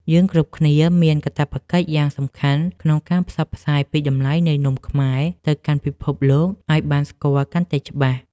យើងគ្រប់គ្នាមានកាតព្វកិច្ចយ៉ាងសំខាន់ក្នុងការផ្សព្វផ្សាយពីតម្លៃនៃនំខ្មែរទៅកាន់ពិភពលោកឱ្យបានស្គាល់កាន់តែច្បាស់។